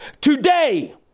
today